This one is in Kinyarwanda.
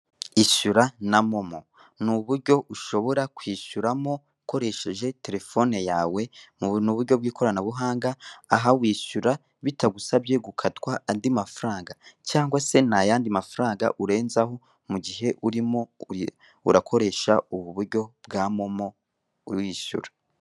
Ishyura na momo! Ni uburyo ushobora kwishyuramo ukoresheshe telephone yawe muburyo by'ikoranabuhanga; aha wishyura bitagusabye gukatwa andi mafaranga, cyangwa se ntayandi mafaranga urenzaho mu gihe urimo ukoresha ubu buryo bwa momo wishyura.